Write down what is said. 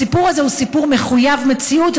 הסיפור הזה הוא סיפור מחויב מציאות.